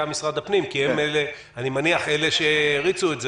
במשרד המשפטים כי אני מניח שהם אלה שהריצו את זה.